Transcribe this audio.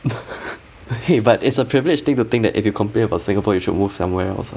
!hey! but it's a privileged thing to think that if you complain about singapore you should move somewhere else [what]